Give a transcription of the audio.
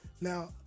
Now